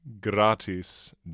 gratis